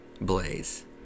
Blaze